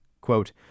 Quote